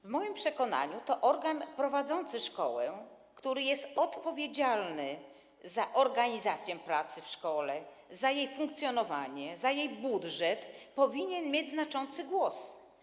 W moim przekonaniu to organ prowadzący szkołę, który jest odpowiedzialny za organizację pracy w szkole, za jej funkcjonowanie, za jej budżet, powinien mieć znaczący głos.